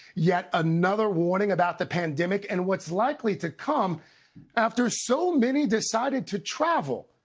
yet another warning about the pandemic and what's likely to come after so many decided to travel.